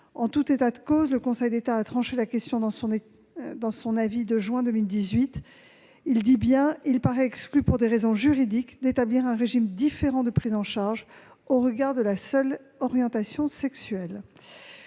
En tout état de cause, le Conseil d'État a tranché la question par son étude de juin 2018 :« Il paraît exclu, pour des raisons juridiques, d'établir un régime différent de prise en charge au regard de la seule orientation sexuelle. »